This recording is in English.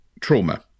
trauma